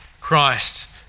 Christ